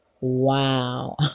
Wow